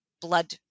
blood